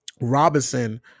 Robinson